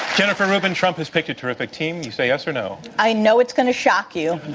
jennifer rubin, trump has picked a terrific team. you say yes or no? i know it's going to shock you,